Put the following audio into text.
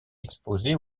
exposé